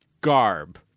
garb